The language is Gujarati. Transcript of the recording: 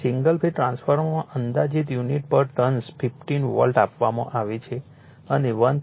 સિંગલ ફેઝ ટ્રાન્સફોર્મરમાં અંદાજિત યુનિટ પર ટર્ન્સ 15 વોલ્ટ આપવામાં આવે છે અને 1